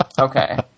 Okay